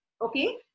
Okay